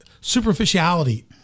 superficiality